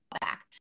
back